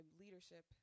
leadership